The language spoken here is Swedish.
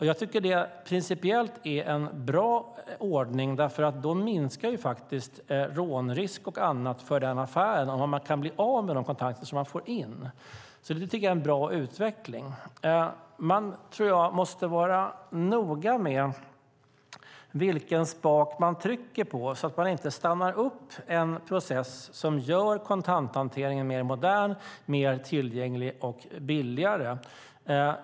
Jag tycker att det principiellt är en bra ordning, därför att då minskar rånrisken för affären då man blir av med de kontanter som man får in. Det är en bra utveckling. Jag tror att man måste vara noga med vilken spak man drar i så att man inte stannar upp en process som gör kontanthanteringen mer modern, tillgänglig och billig.